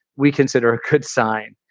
we consider a could sign.